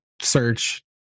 search